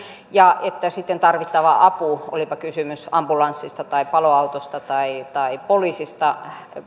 ja että sitten tarvittava apu olipa kysymys ambulanssista tai paloautosta tai tai